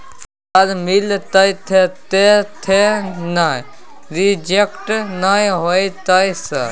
Sir मिलते थे ना रिजेक्ट नय होतय सर?